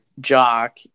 Jock